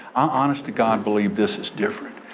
honest to god believe this is different.